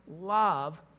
love